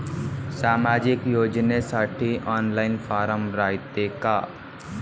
सामाजिक योजनेसाठी online form रायते का?